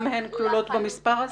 גם הן כלולות במספר הזה?